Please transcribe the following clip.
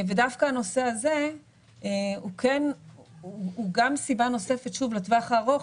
ודווקא הנושא הזה הוא גם סיבה נוספת לטווח הארוך,